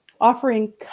offering